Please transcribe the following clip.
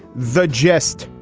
the gist.